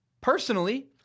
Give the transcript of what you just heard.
Personally